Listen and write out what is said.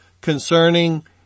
concerning